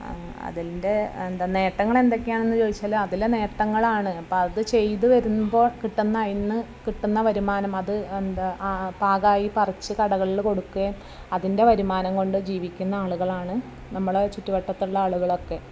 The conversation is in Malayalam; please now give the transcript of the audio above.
അതിൻ്റെ എന്താ നേട്ടങ്ങളെന്തൊക്കെയാണെന്നു ചോദിച്ചാൽ അതിൽ നേട്ടങ്ങളാണ് അപ്പോൾ അത് ചെയ്തു വരുമ്പോൾ കിട്ടുന്ന അതിൽ നിന്ന് കിട്ടുന്ന വരുമാനം അത് എന്താ ആ പാകമായി പറിച്ച് കടകളിൽ കൊടുക്കുകയും അതിൻ്റെ വരുമാനം കൊണ്ട് ജീവിക്കുന്ന ആളുകളാണ് നമ്മളെ ചുറ്റുവട്ടത്തുള്ള ആളുകളൊക്കെ